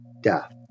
death